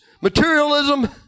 materialism